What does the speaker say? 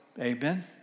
amen